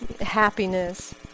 happiness